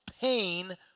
pain